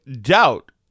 doubt